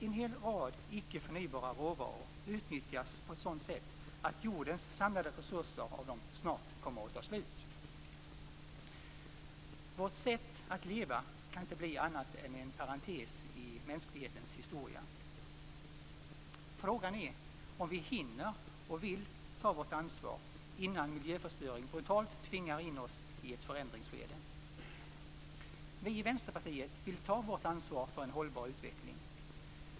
En rad icke förnybara råvaror utnyttjas på ett sådant sätt att jordens samlade resurser av dem snart kommer att ta slut. Vårt sätt att leva kan inte bli annat än en parentes i mänsklighetens historia. Frågan är om vi hinner och vill ta vårt ansvar innan miljöförstöring brutalt tvingar oss in i ett förändringsskede. Vi i Vänsterpartiet vill ta vårt ansvar för en hållbar utveckling.